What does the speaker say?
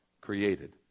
created